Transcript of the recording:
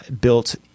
built